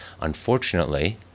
unfortunately